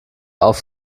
auf